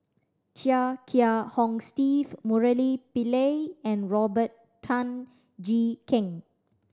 Chia Kiah Hong Steve Murali Pillai and Robert Tan Jee Keng